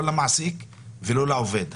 לא למעסיק ולא לעובד.